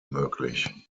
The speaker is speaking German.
möglich